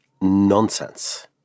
nonsense